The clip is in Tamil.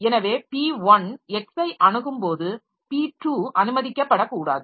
எனவே p1 x ஐ அணுகும் போது p2 அனுமதிக்கப் படக்கூடாது